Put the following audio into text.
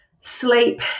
sleep